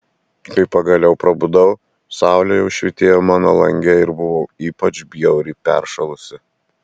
kai pagaliau prabudau saulė jau švytėjo mano lange ir buvau ypač bjauriai peršalusi